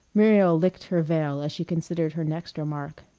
muriel licked her veil as she considered her next remark.